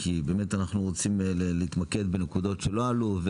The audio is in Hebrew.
כי באמת אנחנו רוצים להתמקד בנקודות שלא עלו,